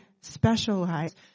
specialize